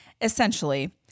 essentially